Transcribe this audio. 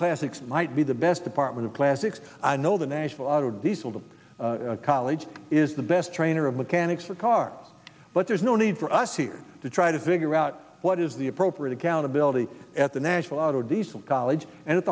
classics might be the best department of classics i know the nashville auto diesel the college is the best trainer of mechanics for a car but there's no need for us here to try to figure out what is the appropriate accountability at the nashville auto diesel college and at